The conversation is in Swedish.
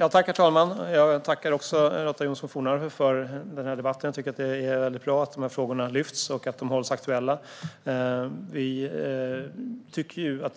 Herr talman! Jag tackar Lotta Johnsson Fornarve för debatten. Det är bra att dessa frågor lyfts upp och hålls aktuella.